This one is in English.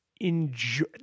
enjoy